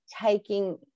taking